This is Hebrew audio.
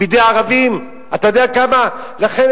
כשהוא